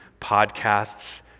podcasts